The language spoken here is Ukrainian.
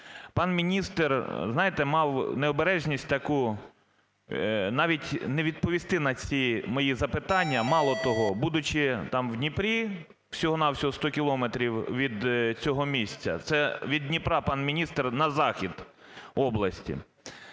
Пан міністр, знаєте, мав необережність таку навіть не відповісти на ці мої запитання. Мало того, будучи в Дніпрі, всього-на-всього 100 кілометрів від цього місця (це від Дніпра, пан міністр, на захід області),